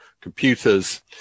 computers